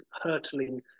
hurtling